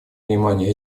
внимание